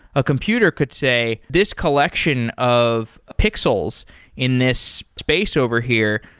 a computer could say this collection of pixels in this space over here,